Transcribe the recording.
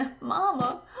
mama